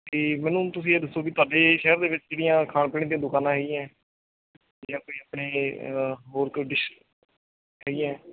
ਅਤੇ ਮੈਨੂੰ ਤੁਸੀਂ ਇਹ ਦੱਸੋ ਵੀ ਤੁਹਾਡੇ ਸ਼ਹਿਰ ਦੇ ਵਿੱਚ ਕਿਹੜੀਆਂ ਖਾਣ ਪੀਣ ਦੀਆਂ ਦੁਕਾਨਾਂ ਹੈਗੀਆਂ ਹੈ ਜਿਹੜੀਆਂ ਕੋਈ ਆਪਣੇ ਕੋਈ ਹੋਰ ਡਿਸ਼ ਹੈਗੀਆਂ